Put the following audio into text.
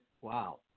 wow